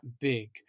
big